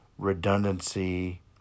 redundancy